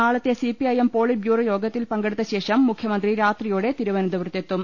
നാളത്തെ CPIM politburo യോഗത്തിൽ പങ്കെടുത്ത ശേഷം മുഖ്യമന്ത്രി രാത്രിയോടെ തിരുവനന്തപുരത്ത് എത്തും